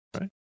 right